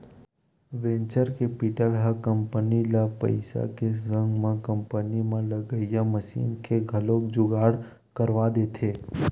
venture capital ह company ल पइसा के संग म कंपनी म लगइया मसीन के घलो जुगाड़ करवा देथे